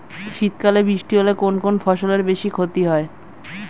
শীত কালে বৃষ্টি হলে কোন কোন ফসলের বেশি ক্ষতি হয়?